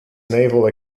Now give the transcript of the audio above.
naval